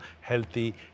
healthy